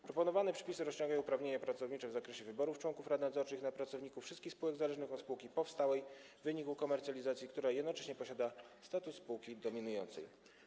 Proponowane przepisy rozciągają uprawnienia pracownicze w zakresie wyboru członków rad nadzorczych na pracowników wszystkich spółek zależnych od spółki powstałej w wyniku komercjalizacji, która jednocześnie posiada status spółki dominującej.